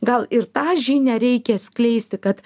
gal ir tą žinią reikia skleisti kad